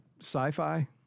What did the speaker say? sci-fi